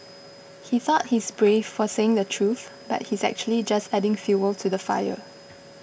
he thought he's brave for saying the truth but he's actually just adding fuel to the fire